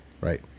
right